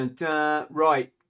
Right